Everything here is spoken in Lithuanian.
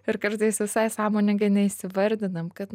ir kartais visai sąmoningai neįsivardinam kad